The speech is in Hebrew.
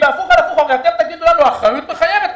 בהפוך על הפוך אתם תגידו לנו: האחריות מחייבת,